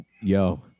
Yo